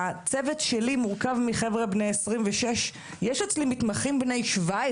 הצוות שלי מורכב מחבר'ה בני 26. יש אצלי מתמחים בני 17,